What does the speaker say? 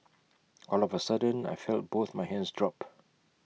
all of A sudden I felt both my hands drop